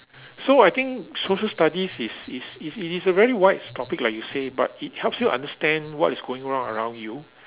so I think social studies is is it is a very wide topic like you say but it helps you understand what is going on around you